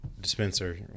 dispenser